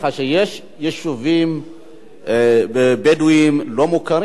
שיש יישובים בדואיים לא מוכרים,